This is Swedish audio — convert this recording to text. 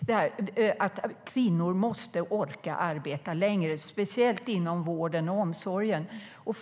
det här att kvinnor måste orka arbeta längre, speciellt inom vården och omsorgen.